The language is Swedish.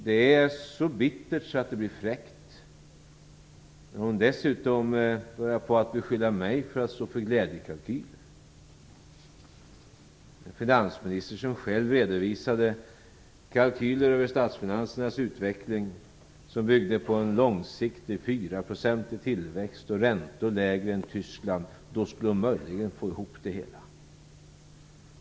Det är så bittert att det blir fräckt när hon dessutom börjar beskylla mig för att stå för glädjekalkyler - en finansminister som själv redovisade kalkyler över statsfinansernas utveckling som byggde på en långsiktig 4-procentig tillväxt och på räntor lägre än Tysklands. Då skulle hon möjligen få ihop det hela.